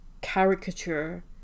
caricature